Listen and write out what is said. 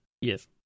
Yes